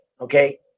Okay